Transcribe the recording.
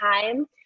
time